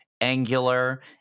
angular